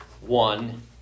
One